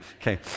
Okay